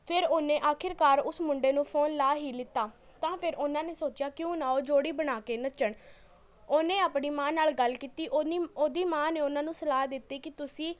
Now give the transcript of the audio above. ਫਿਰ ਓਹਨੇ ਆਖਿਰਕਾਰ ਉਸ ਮੁੰਡੇ ਨੂੰ ਫੋਨ ਲਾ ਹੀ ਲਿੱਤਾ ਤਾਂ ਫਿਰ ਓਹਨਾਂ ਨੇ ਸੋਚਿਆ ਕਿਉਂ ਨਾ ਉਹ ਜੋੜੀ ਬਣਾ ਕੇ ਨੱਚਣ ਓਹਨੇ ਆਪਣੀ ਮਾਂ ਨਾਲ ਗੱਲ ਕੀਤੀ ਓਹਨੀ ਓਹਦੀ ਮਾਂ ਨੇ ਓਹਨਾਂ ਨੂੰ ਸਲਾਹ ਦਿੱਤੀ ਕਿ ਤੁਸੀਂ